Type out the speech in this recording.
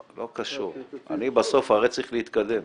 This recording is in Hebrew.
לא קשור, סוף הרי צריך להתקדם.